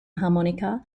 harmonica